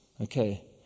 Okay